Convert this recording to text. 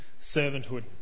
servanthood